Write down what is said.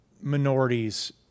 minorities